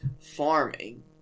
farming